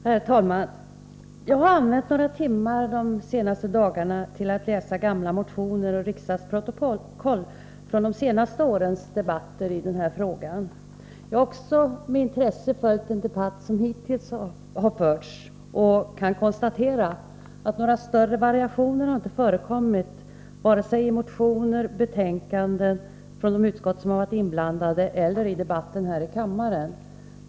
Herr talman! Jag har använt några timmar de senaste dagarna till att läsa gamla motioner och riksdagsprotokoll från de senaste årens debatter i den här frågan. Jag har också med intresse följt den debatt som hittills förts och kan konstatera att några större variationer inte förekommit vare sig i motioner, i betänkanden från de utskott som varit inblandade eller i debatter här i riksdagen.